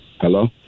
Hello